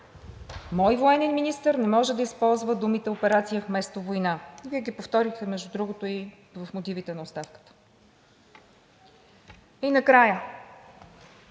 Мой военен министър не може да използва думите „операция“ вместо „война“.“ Вие ги повторихте, между другото, и в мотивите на оставката. И накрая,